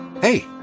Hey